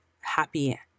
happy